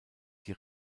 die